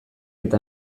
eta